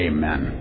Amen